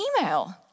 email